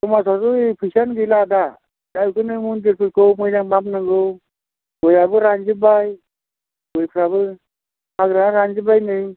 समाजावथ' फैसायानो गैला दा बिदिनो मन्दिरफोरखौ मोजां फाहामनांगौ गयाबो रानजोब्बाय गयफ्राबो हाग्राया रानजोब्बाय नै